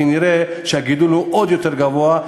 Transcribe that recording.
כי נראה שהגידול עוד יותר גבוה,